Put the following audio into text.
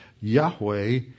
Yahweh